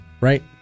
Right